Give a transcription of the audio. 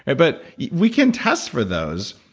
but we can test for those.